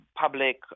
public